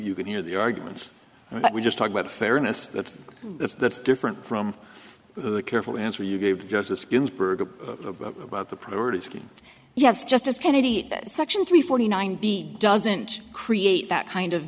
you can hear the arguments but we just talk about fairness that's that's that's different from the careful answer you gave justice ginsburg about the priority yes justice kennedy section three forty nine b doesn't create that kind of